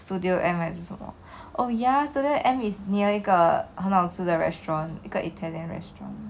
studio M 还是什么 oh ya studio M is near 一个很好吃的 restaurant 一个 italian restaurant